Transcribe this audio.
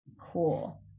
cool